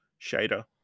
shader